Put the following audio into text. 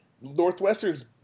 Northwestern's